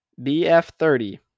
BF30